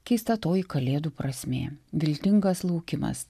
keista toji kalėdų prasmė viltingas laukimas